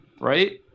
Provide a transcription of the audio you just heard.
right